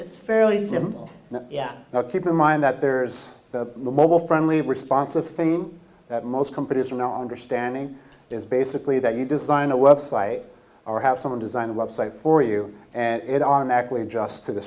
it's fairly simple yeah now keep in mind that there's that mobile friendly responsive thing that most companies are not understanding is basically that you design a website or have someone design a website for you and it automatically adjusts to the